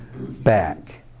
back